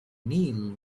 neil